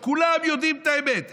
וכולם יודעים את האמת,